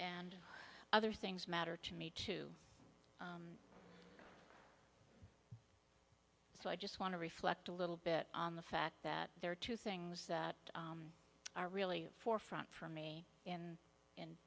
and other things matter to me too so i just want to reflect a little bit on the fact that there are two things that are really forefront for me